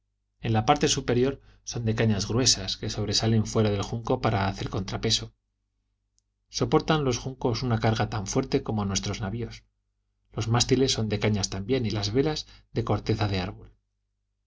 en la parte superior son de cañas gruesas que sobresalen fuera del junco para hacer contrapeso soportan los juncos una carga tan fuerte como nuestros navios los mástiles son de cañas también y las velas de corteza de árbol